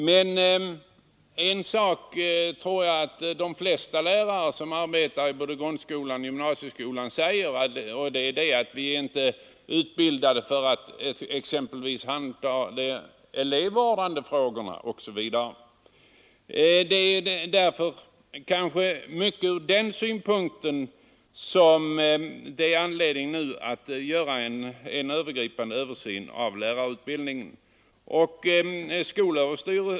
Men jag tror att de flesta lärarna, både i grundskolan och gymnasieskolan, inte anser att de är utbildade för att kunna ta hand om exempelvis elevvårdsfrågorna. Från den synpunkten finns det också anledning att nu göra en genomgripande översyn av lärarutbildningen.